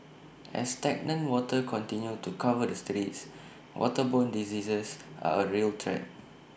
as stagnant water continue to cover the streets waterborne diseases are A real threat